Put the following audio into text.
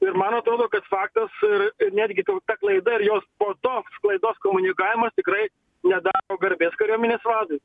ir man atrodo kad faktas ir netgi ta klaida ir jos po to klaidos komunikavimas tikrai nedaro garbės kariuomenės vadui